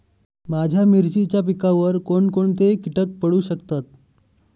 माझ्या मिरचीच्या पिकावर कोण कोणते कीटक पडू शकतात?